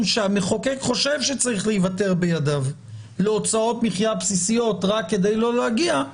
שהמחוקק חושב שצריך להיוותר בידיו להוצאות מחיה בסיסיות רק כדי לא להגיע,